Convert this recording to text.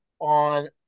on